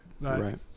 Right